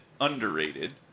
underrated